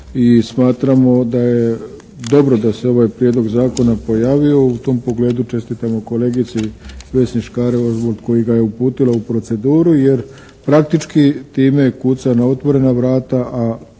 i smatramo da je dobro da se ovaj Prijedlog zakona pojavio i u tom pogledu čestitamo kolegici Vesni Škare Ožbolt koji ga je uputila u proceduru jer praktički time kuca na otvorena vrata, a koliko